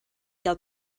gael